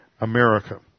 America